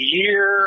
year